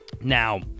now